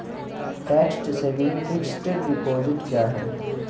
Tax saving fixed deposit क्या है?